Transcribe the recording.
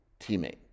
teammate